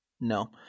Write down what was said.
No